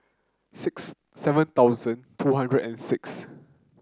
six seven thousand two hundred and six